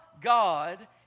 God